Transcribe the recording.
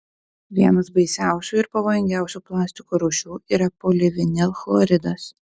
vienas baisiausių ir pavojingiausių plastiko rūšių yra polivinilchloridas